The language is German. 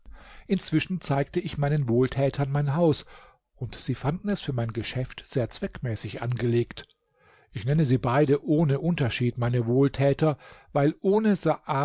inzwischen zeigte ich meinen wohltätern mein haus und sie fanden es für mein geschäft sehr zweckmäßig angelegt ich nenne sie beide ohne unterschied meine wohltäter weil ohne